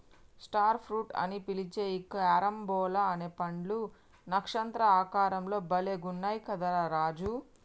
star fruits అని పిలిచే ఈ క్యారంబోలా అనే పండ్లు నక్షత్ర ఆకారం లో భలే గున్నయ్ కదా రా రాజు